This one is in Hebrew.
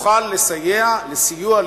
תוכל לסייע בסיוע,